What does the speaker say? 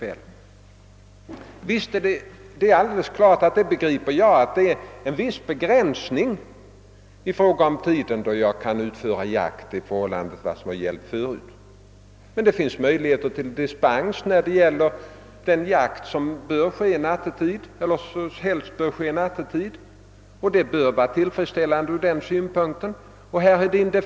Denna regel innebär ju en viss begränsning i fråga om den tid då man kan utöva jakt i förhållande till vad som har gällt förut, men det finns möjligheter till dispens för sådan jakt som helst skall ske nattetid, vilket bör vara tillfredsställande.